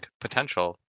potential